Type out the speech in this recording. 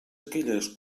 aquelles